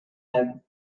have